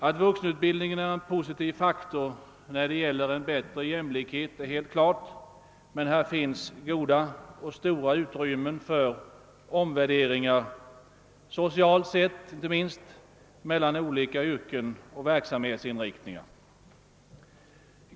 Att vuxenutbildningen är en positiv faktor när det gäller bättre jämlikhet är klart, men här finns stora utrymmen för omvärderingar, inte minst socialt sett, mellan olika yrken och verksamhetsinriktningar.